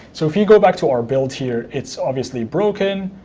so if you go back to our build here, it's obviously broken,